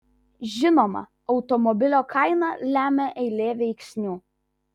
žinoma automobilio kainą lemia eilė veiksnių